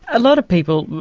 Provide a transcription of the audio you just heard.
a lot of people,